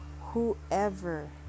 whoever